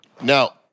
Now